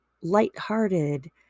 lighthearted